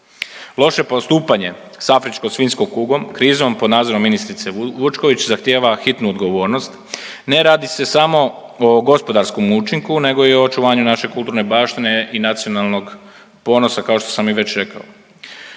Loše postupanje sa afričkom svinjskom kugom, krizom pod nadzorom ministrice Vučković zahtijeva hitnu odgovornost. Ne radi se samo o gospodarskom učinku, nego i o očuvanju naše kulturne baštine i nacionalnog ponosa kao što sam već i rekao.